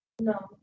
No